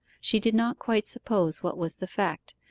she did not quite suppose what was the fact,